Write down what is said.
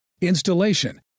installation